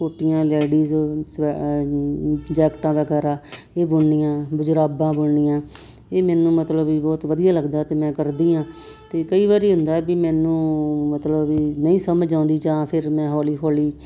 ਕੋਟੀਆਂ ਲੈਡੀਜ਼ ਸਵੈ ਜੈਕਟਾਂ ਦਾ ਘਰ ਆ ਇਹ ਬੁਣਨੀਆਂ ਜੁਰਾਬਾਂ ਬੁਣਨੀਆਂ ਇਹ ਮੈਨੂੰ ਮਤਲਬ ਵੀ ਬਹੁਤ ਵਧੀਆ ਲੱਗਦਾ ਅਤੇ ਮੈਂ ਕਰਦੀ ਹਾਂ ਅਤੇ ਕਈ ਵਾਰੀ ਹੁੰਦਾ ਵੀ ਮੈਨੂੰ ਮਤਲਬ ਵੀ ਨਹੀਂ ਸਮਝ ਆਉਂਦੀ ਜਾਂ ਫਿਰ ਮੈਂ ਹੌਲੀ ਹੌਲੀ